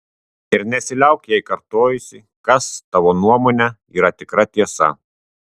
ir nesiliauk jai kartojusi kas tavo nuomone yra tikra tiesa